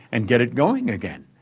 and get it going again.